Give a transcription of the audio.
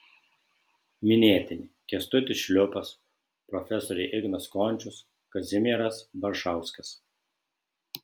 minėtini kęstutis šliūpas profesoriai ignas končius kazimieras baršauskas